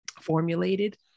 formulated